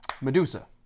Medusa